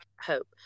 hope